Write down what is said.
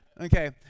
Okay